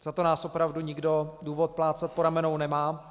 Za to nás opravdu nikdo důvod plácat po ramenou nemá.